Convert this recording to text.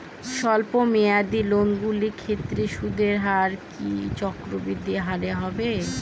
স্বল্প মেয়াদী লোনগুলির ক্ষেত্রে সুদের হার কি চক্রবৃদ্ধি হারে হবে?